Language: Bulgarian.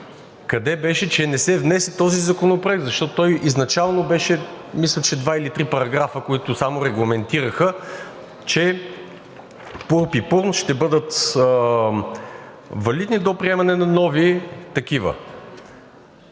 къде беше, че не се внесе този законопроект, защото мисля, че той изначално беше два или три параграфа, само регламентираха, че ПУРБ И ПУРН ще бъдат валидни до приемане на нови такива?!